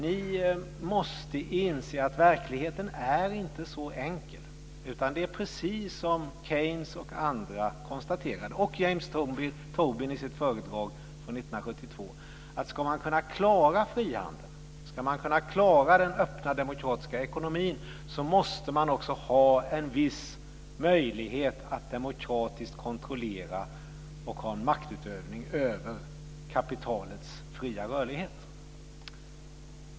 Ni måste inse att verkligheten inte är så enkel. Det är precis som Keynes och andra, och James Tobin i sitt föredrag från 1972, konstaterade: Ska man kunna klara frihandeln och den öppna demokratiska ekonomin måste man också ha en viss möjlighet att demokratiskt kontrollera och utöva makt över kapitalets fria rörlighet.